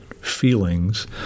feelings